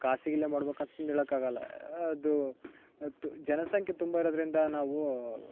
ಖಾಸಗೀಲೆ ಮಾಡ್ಬೇಕು ಅಂತಂದು ಹೇಳೋಕಾಗಲ್ಲ ಅದೂ ಹತ್ತು ಜನ ಸಂಖ್ಯೆ ತುಂಬ ಇರೋದ್ರಿಂದ ನಾವೂ